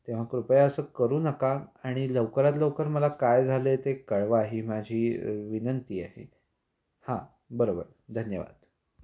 तेव्हा कृपया असं करू नका आणि लवकरात लवकर मला काय झालं आहे ते कळवा ही माझी विनंती आहे हां बरोबर धन्यवाद